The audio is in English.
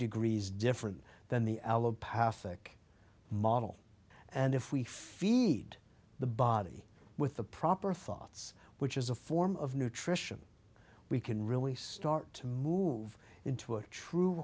degrees different than the allopath eck model and if we feed the body with the proper thoughts which is a form of nutrition we can really start to move into a true